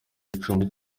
icumbi